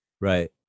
Right